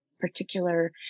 particular